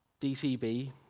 DCB